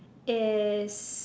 is